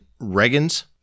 Reagan's